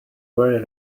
very